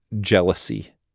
jealousy